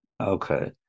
Okay